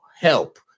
help